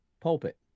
pulpit